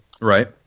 Right